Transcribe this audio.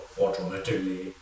automatically